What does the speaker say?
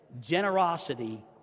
generosity